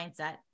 mindset